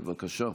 בבקשה.